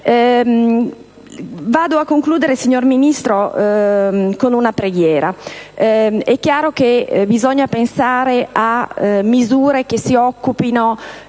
Vado a concludere, signor Ministro, con una preghiera. È chiaro che bisogna pensare a misure che si occupino,